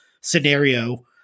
scenario